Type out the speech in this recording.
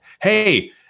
hey